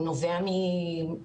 הוא נובע מאבחונים,